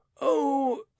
Oh